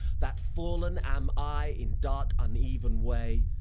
that fallen am i in dark uneven way,